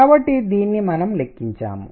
కాబట్టి దీన్ని మనము లెక్కించాము